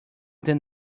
than